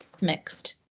mixed